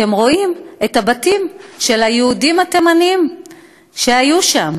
אתם רואים את הבתים של היהודים התימנים שהיו שם.